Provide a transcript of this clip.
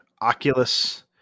Oculus